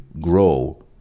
grow